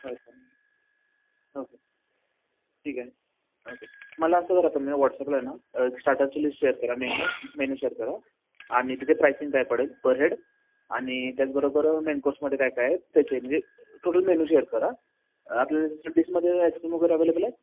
अच्छा ओके ठीक आहे ओके मला असं करा तुम्ही व्हॉट्सअपला आहे ना स्टार्टरची लिस्ट शेअर करा मेन्यू मेन्यू शेअर करा आणि त्याचे प्राइसिंग काय पडेल पर हेड आणि त्याचबरोबर मेनकोर्समध्ये काय काय आहे त्याचे म्हणजे टोटल मेनू शेअर करा आपल्याला डिशमध्ये आयस्क्रीम वगैरे अव्हेलेबल आहेत